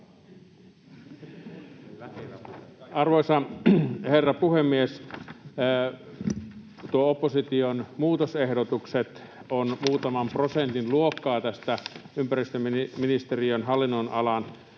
Arvoisa herra puhemies! Nuo opposition muutosehdotukset ovat muutaman prosentin luokkaa tästä ympäristöministeriön hallin- nonalan